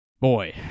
Boy